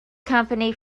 company